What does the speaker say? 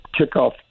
kickoff